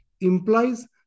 implies